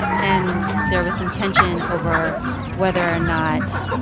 and there was some tension over whether or not